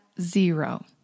zero